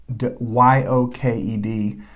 Y-O-K-E-D